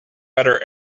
better